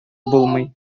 булмый